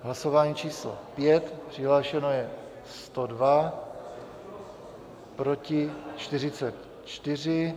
Hlasování číslo 5, přihlášeno je 102, proti 44.